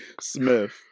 Smith